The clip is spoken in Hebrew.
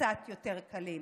קצת יותר קלים.